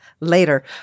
later